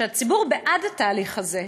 שהציבור בעד התהליך הזה,